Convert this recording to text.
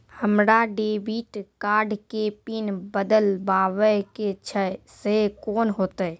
हमरा debit card के pin बदलबावै के छैं से कौन होतै?